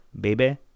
Baby